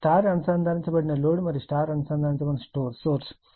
Y అనుసంధానించబడిన load మరియు Y అనుసంధానించబడిన సోర్స్